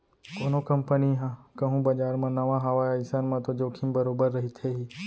कोनो कंपनी ह कहूँ बजार म नवा हावय अइसन म तो जोखिम बरोबर रहिथे ही